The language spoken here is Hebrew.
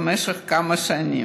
במשך כמה שנים.